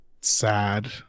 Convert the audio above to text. sad